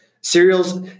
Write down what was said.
cereals